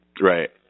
Right